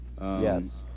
Yes